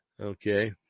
okay